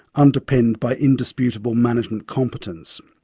underpinned by indisputable management competence.